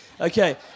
Okay